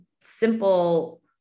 simple